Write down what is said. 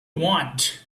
want